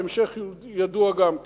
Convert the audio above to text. ההמשך ידוע גם כן,